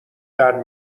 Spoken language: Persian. درد